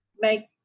make